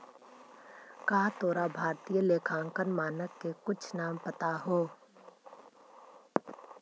का तोरा भारतीय लेखांकन मानक के कुछ नाम पता हो?